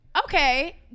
Okay